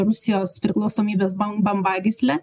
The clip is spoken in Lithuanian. rusijos priklausomybės bam bambagyslę